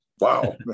Wow